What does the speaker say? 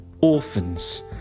orphans